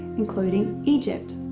including egypt.